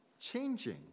changing